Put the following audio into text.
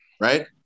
right